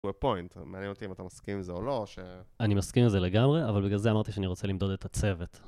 ופוינט, מעניין אותי אם אתה מסכים עם זה או לא, ש... אני מסכים עם זה לגמרי, אבל בגלל זה אמרתי שאני רוצה למדוד את הצוות.